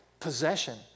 Possession